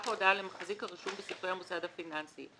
תישלח ההודעה למחזיק הרשום בספרי המוסד הפיננסי,